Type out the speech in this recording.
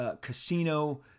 Casino